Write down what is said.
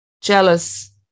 jealous